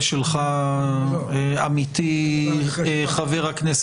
על-מנת לא לעכב את